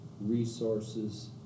resources